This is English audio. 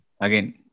Again